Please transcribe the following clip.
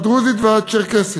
הדרוזית והצ'רקסית.